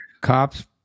Cops